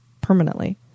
permanently